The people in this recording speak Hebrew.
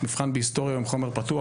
היום מבחן בהיסטוריה הוא עם חומר פתוח,